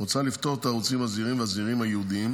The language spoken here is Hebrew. מוצע לפטור את הערוצים הזעירים והזעירים הייעודיים,